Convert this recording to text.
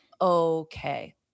Okay